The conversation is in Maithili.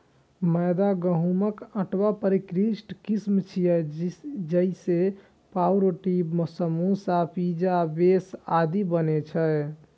मैदा गहूंमक आटाक परिष्कृत किस्म छियै, जइसे पावरोटी, समोसा, पिज्जा बेस आदि बनै छै